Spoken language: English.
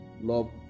love